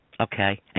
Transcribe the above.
Okay